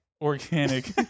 Organic